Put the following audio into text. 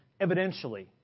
evidentially